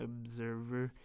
Observer